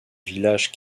village